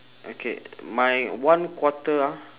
okay my one quarter ah